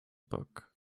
book